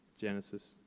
Genesis